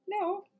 No